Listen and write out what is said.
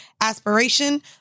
aspiration